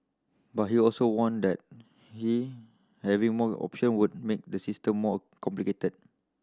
but he also warned that he having more option would make the system more complicated